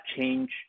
change